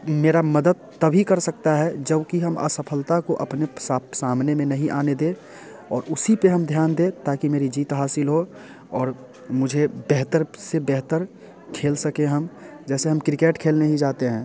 मेरा मदद तब ही कर सकता है जबकि हम असफलता को अपने सामने में नहीं आने दे और उसी पे हम ध्यान दें ताकि मेरी जीत हासिल हो और मुझे बेहतर से बेहतर खेल सकें हम जैसे हम क्रिकेट खेलने ही जाते हैं